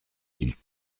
mille